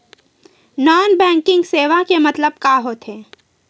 Non banking सेवा के मतलब का होथे?